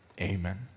amen